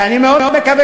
שאני מאוד מקווה,